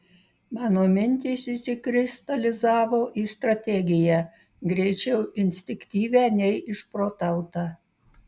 mano mintys išsikristalizavo į strategiją greičiau instinktyvią nei išprotautą